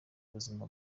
buzima